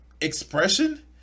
expression